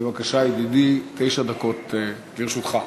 בבקשה, ידידי, תשע דקות לרשותך.